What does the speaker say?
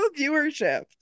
viewership